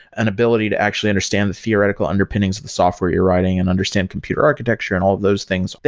an ability to actually understand the theoretical underpinnings of the software you're writing and understand computer architecture and all of those things.